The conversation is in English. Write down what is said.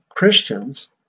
Christians